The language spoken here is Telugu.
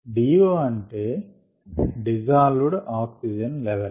DO అంటే డిజాల్వ్డ్ ఆక్సిజన్ లెవల్